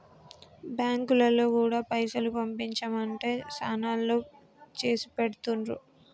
బాంకులోల్లు గూడా పైసలు పంపించుమంటే శనాల్లో చేసిపెడుతుండ్రు